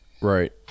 Right